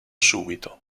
subito